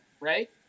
right